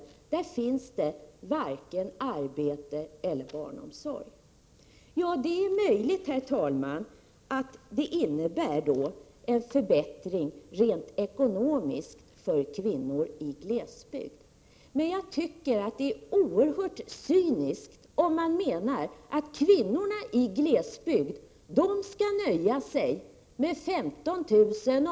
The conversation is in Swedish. På glesbygden finns det nämligen varken arbete eller barnomsorg. Det är möjligt, herr talman, att det innebär en förbättring rent ekonomiskt för kvinnorna på glesbygden. Det är oerhört cyniskt, om man menar att kvinnorna på glesbygden skall nöja sig med 15 000 kr.